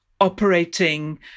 operating